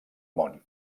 món